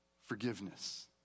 forgiveness